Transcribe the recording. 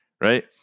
right